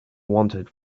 wanted